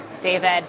David